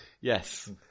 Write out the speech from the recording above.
Yes